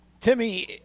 Timmy